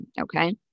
okay